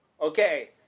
Okay